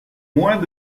moins